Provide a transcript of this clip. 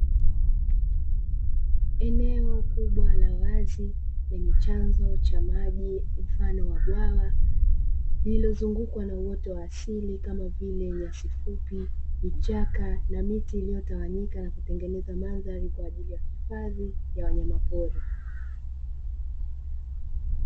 Eneo kubwa la wazi lenye chanzo cha maji mfano wa bwawa lililozungukwa na uoto wa asili kama vile nyasi fupi, vichaka na miti iliyotawanyika na kutengeneza mandhari kwajili ya hifadhi ya wanyamapori.